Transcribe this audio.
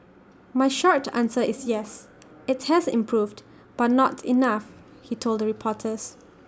my short answer is yes IT has improved but not enough he told reporters